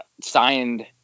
signed